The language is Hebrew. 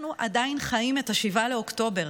אנחנו עדיין חיים את 7 באוקטובר.